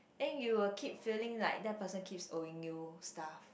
then you will keep feeling like that person keeps owing you stuff